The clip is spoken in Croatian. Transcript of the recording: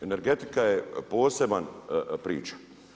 Energetika je posebna priča.